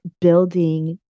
building